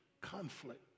conflict